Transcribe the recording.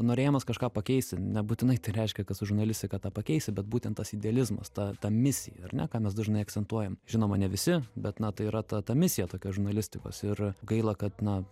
norėjimas kažką pakeisti nebūtinai tai reiškia kad su žurnalistika tą pakeisi bet būtent tas idealizmas ta ta misija ar ne ką mes dažnai akcentuojam žinoma ne visi bet na tai yra ta ta misija tokia žurnalistikos ir gaila kad na